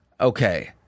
Okay